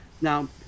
Now